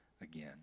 again